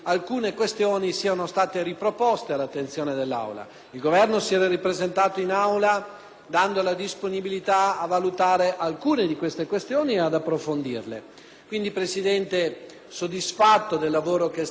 dando la disponibilità a valutare alcune di tali questioni e ad approfondirle. Quindi, signor Presidente, soddisfatto del lavoro svolto per quello che compete al Governo, anch'io mi associo ai ringraziamenti nei confronti